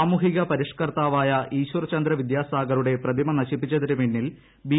സാമൂഹിക പരിഷ്കർത്താവായ ഈശ്വർചന്ദ്ര വിദ്യാ സാഗറുടെ പ്രതിമ നശിപ്പിച്ചതിനു പിന്നിൽ ബി